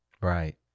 Right